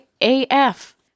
AF